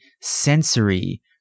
sensory